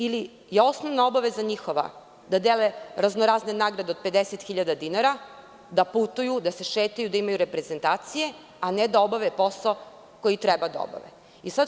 Ili, je osnovna njihova obaveza da dele raznorazne nagrade od 50 hiljada dinara, da putuju, da se šetaju, da imaju reprezentacije, a ne da obave posao koji treba da obave?